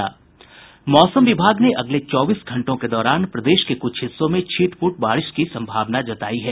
मौसम विभाग ने अगले चौबीस घंटों के दौरान प्रदेश के कुछ हिस्सों में छिटप्रट बारिश की संभावना जतायी है